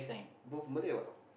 both Malay or what